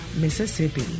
Mississippi